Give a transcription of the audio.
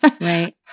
Right